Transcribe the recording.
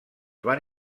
van